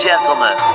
Gentlemen